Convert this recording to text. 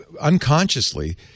unconsciously